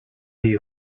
est